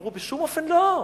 אמרו: בשום אופן לא,